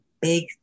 big